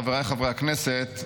חבריי חברי הכנסת,